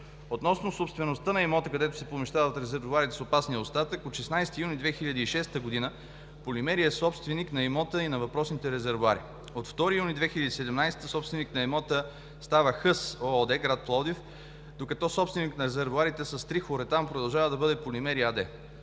Относно собствеността на имота, където се помещават резервоарите с опасния остатък, от 16 юни 2006 г. „Полимери“ е собственик на имота и на въпросните резервоари. От 2 юни 2017 г. собственик на имота става „Хъс“ ООД – град Пловдив, докато собственикът на резервоарите с трихлоретан продължава да бъде „Полимери“ АД.